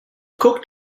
cooked